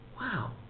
Wow